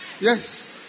Yes